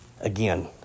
again